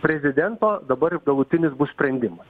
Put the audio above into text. prezidento dabar jau galutinis bus sprendimas